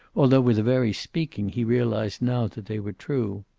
although with the very speaking he realized now that they were true.